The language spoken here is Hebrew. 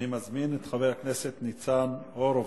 אני מזמין את חבר הכנסת ניצן הורוביץ.